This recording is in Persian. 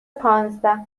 پانزده